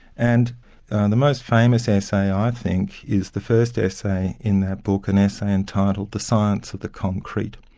and and the most famous essay i think is the first essay in that book, an essay entitled the science of the concrete,